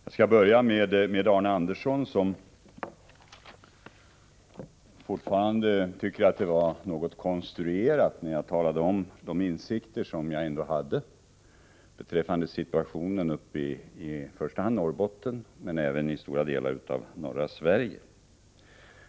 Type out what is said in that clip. Herr talman! Jag skall börja med att vända mig till Arne Andersson i Ljung, som fortfarande tycker att det lät något konstruerat när jag talade om de insikter som jag har beträffande situationen i första hand uppe i Norrbotten men även i stora delar av norra Sverige i övrigt.